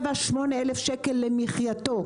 7,000, 8,000 שקל למחייתו,